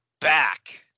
back